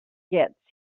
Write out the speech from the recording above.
gets